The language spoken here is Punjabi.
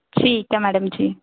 ਠੀਕ ਹੈ ਮੈਡਮ ਜੀ